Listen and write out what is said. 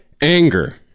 Anger